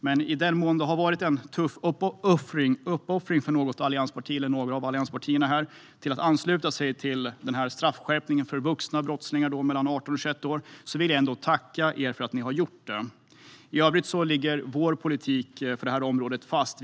Men i den mån det har varit en tuff uppoffring för något eller några av allianspartierna att ansluta sig till straffskärpningen för vuxna brottslingar mellan 18 och 21 år vill jag ändå tacka för att ni gjorde det. I övrigt ligger vår politik för området fast.